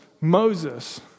Moses